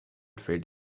fällt